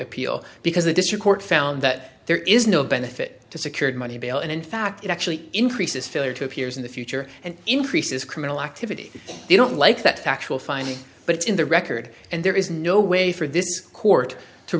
appeal because the district court found that there is no benefit to secured money bail and in fact it actually increases failure to appears in the future and increases criminal activity they don't like that factual finding but it's in the record and there is no way for this court to